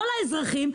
לא לאזרחים,